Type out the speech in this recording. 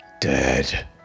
Dead